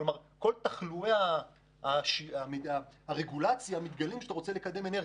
כך שכל תחלואי הרגולציה מתגלים כשאתה רוצה לקדם אנרגיה,